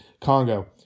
Congo